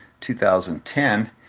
2010